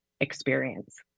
experience